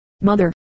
Mother